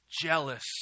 jealous